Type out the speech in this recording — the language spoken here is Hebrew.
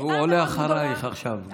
והוא עולה אחרייך גם עכשיו.